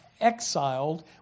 exiled